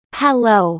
hello